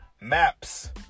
Maps